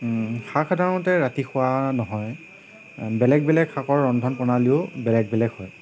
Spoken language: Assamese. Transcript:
শাক সাধাৰণতে ৰাতি খোৱা নহয় বেলেগ বেলেগ শাকৰ ৰন্ধন প্ৰণালীও বেলেগ বেলেগ হয়